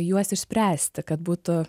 juos išspręsti kad būtų